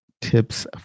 tips